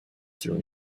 during